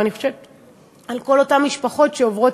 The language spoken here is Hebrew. ואני חושבת על כל אותן משפחות שעוברות